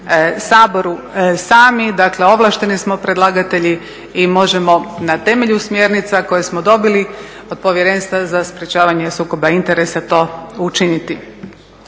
saboru sami, dakle ovlašteni smo predlagatelji i možemo na temelju smjernica koje smo dobili od Povjerenstva za sprečavanje sukoba interesa to učiniti.